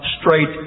straight